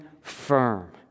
firm